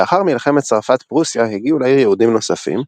לאחר מלחמת צרפת–פרוסיה הגיעו לעיר יהודים נוספים,